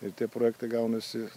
ir tie projektai gaunasi